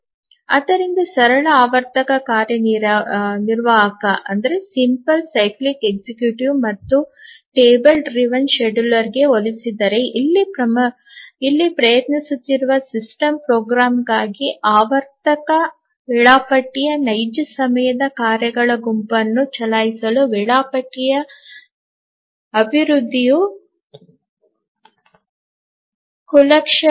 ಆದ್ದರಿಂದ ಸರಳ ಆವರ್ತಕ ಕಾರ್ಯನಿರ್ವಾಹಕ ಮತ್ತು ಟೇಬಲ್ ಚಾಲಿತ ವೇಳಾಪಟ್ಟಿಗೆ ಹೋಲಿಸಿದರೆ ಇಲ್ಲಿ ಪ್ರಯತ್ನಿಸುತ್ತಿರುವ ಸಿಸ್ಟಮ್ ಪ್ರೋಗ್ರಾಮರ್ಗಾಗಿ ಆವರ್ತಕ ವೇಳಾಪಟ್ಟಿಯಲ್ಲಿ ನೈಜ ಸಮಯದ ಕಾರ್ಯಗಳ ಗುಂಪನ್ನು ಚಲಾಯಿಸಲು ವೇಳಾಪಟ್ಟಿಯ ಅಭಿವೃದ್ಧಿಯು ಕ್ಷುಲ್ಲಕವಾಗಿದೆ